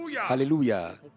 Hallelujah